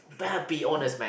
bad be honest man